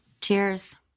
Cheers